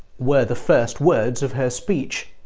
were the first words of her speech.